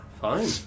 Fine